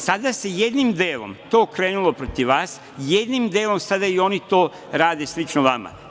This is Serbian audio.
Sada se, jednim delom, to okrenulo protiv vas, jednim delom sada i oni to rade slično vama.